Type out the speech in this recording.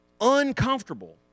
uncomfortable